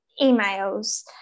emails